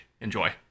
enjoy